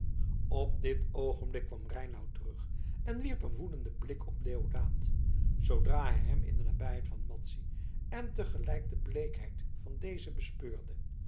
op dit oogenblik kwam reinout terug en wierp een woedenden blik op deodaat zoodra hij hem in de nabijheid van madzy en te gelijk de bleekheid van deze bespeurde